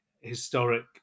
historic